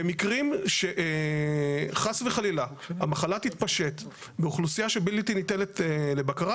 במקרים שחס וחלילה המחלה תתפשט באוכלוסייה שבלתי ניתנת לבקרה,